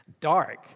dark